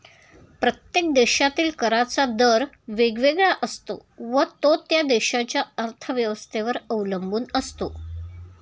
प्रत्येक देशातील कराचा दर वेगवेगळा असतो व तो त्या देशाच्या अर्थव्यवस्थेवर अवलंबून असतो